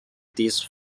these